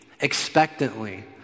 expectantly